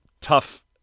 tough